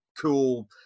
cool